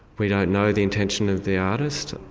we don't know the intention of the artist.